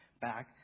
back